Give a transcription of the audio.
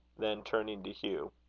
then turning to hugh,